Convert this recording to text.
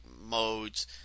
modes